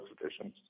traditions